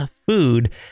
food